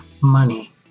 money